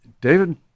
David